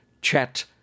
chat